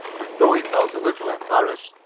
and though he felt a little embarrassed,